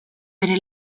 bere